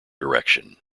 direction